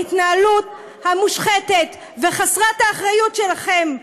ההתנהלות המושחתת וחסרת האחריות שלכם,